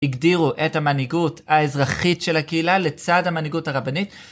הגדירו את המנהיגות האזרחית של הקהילה לצד המנהיגות הרבנית.